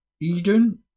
Eden